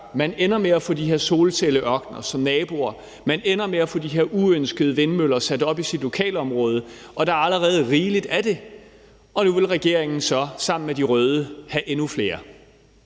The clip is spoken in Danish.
Man ender med at få de her solcelleørkener som naboer, og man ender med at få de her uønskede vindmøller sat op i sit lokalområde. Der er allerede rigeligt af det, og nu vil regeringen så sammen med de røde have endnu flere.